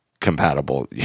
compatible